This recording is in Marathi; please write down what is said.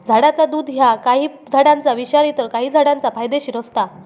झाडाचा दुध ह्या काही झाडांचा विषारी तर काही झाडांचा फायदेशीर असता